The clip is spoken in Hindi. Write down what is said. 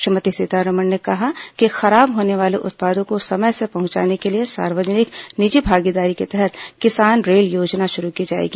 श्रीमती सीतारामण ने कहा कि खराब होने वाले उत्पादों को समय से पहुंचाने के लिए सार्वजनिक निजी भागीदारी के तहत किसान रेल योजना शुरू की जाएगी